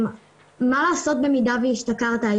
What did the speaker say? מה לעשות במידה והשתכרת.